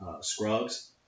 Scrubs